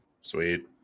Sweet